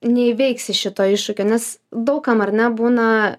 neįveiksi šito iššūkio nes daug kam ar ne būna